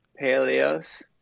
Paleos